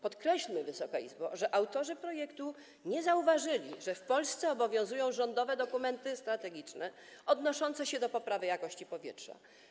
Podkreślmy, Wysoka Izbo, że autorzy projektu nie zauważyli, że w Polsce obowiązują rządowe dokumenty strategiczne odnoszące się do poprawy jakości powietrza.